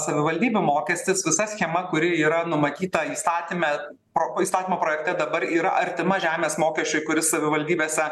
savivaldybių mokestis visa schema kuri yra numatyta įstatyme pro įstatymo projekte dabar yra artima žemės mokesčiui kuris savivaldybėse